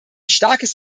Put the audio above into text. starkes